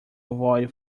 avoid